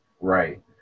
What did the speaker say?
Right